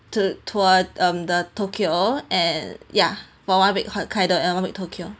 to tour um the tokyo and ya for one week hokkaido and one week tokyo